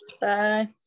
Bye